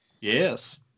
Yes